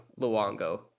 Luongo